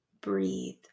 breathe